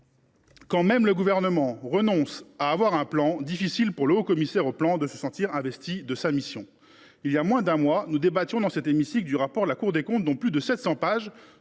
Quand même le Gouvernement renonce à avoir un plan, il est difficile pour le haut commissaire au plan de se sentir investi de sa mission ! Il y a moins d’un mois, nous avons débattu dans cet hémicycle du rapport de la Cour des comptes, qui, au long de ses plus